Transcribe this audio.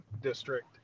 district